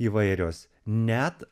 įvairios net